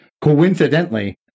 coincidentally